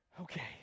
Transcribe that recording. Okay